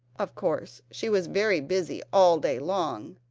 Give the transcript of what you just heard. of course she was very busy all day long,